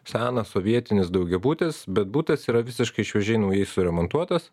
senas sovietinis daugiabutis bet butas yra visiškai šviežiai naujai suremontuotas